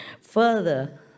Further